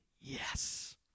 yes